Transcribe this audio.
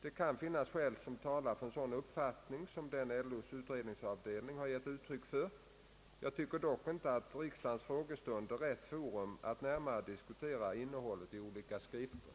Det finns skäl som talar för en sådan uppfattning, som den LO:s utredningsavdelning har gett uttryck för. Jag tycker dock inte att riksdagens frågestund är rätt forum för att närmare diskutera innehållet i olika skrifter.